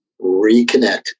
reconnect